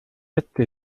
letzte